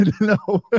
No